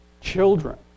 Children